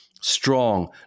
strong